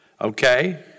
Okay